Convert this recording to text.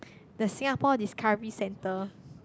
the Singapore Discovery center